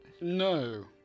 No